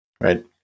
Right